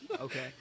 Okay